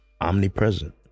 omnipresent